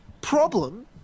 Problem